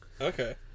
Okay